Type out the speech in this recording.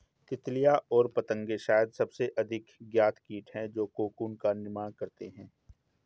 तितलियाँ और पतंगे शायद सबसे अधिक ज्ञात कीट हैं जो कोकून का निर्माण करते हैं